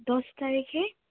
দহ তাৰিখে